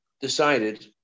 decided